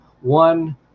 one